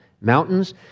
Mountains